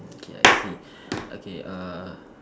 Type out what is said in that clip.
okay I see okay err